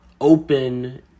open